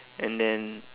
and then